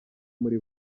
muri